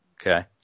okay